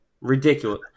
ridiculous